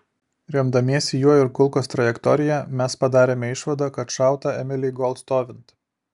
remdamiesi juo ir kulkos trajektorija mes padarėme išvadą kad šauta emilei gold stovint